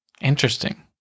Interesting